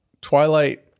Twilight